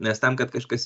nes tam kad kažkas